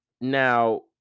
now